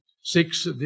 six